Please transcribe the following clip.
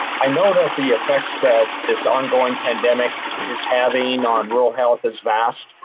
i know that the effects that this ongoing pandemic is having on rural health is vast.